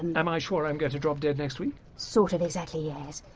am i sure i'm going to drop dead next week? sort of, exactly, yes.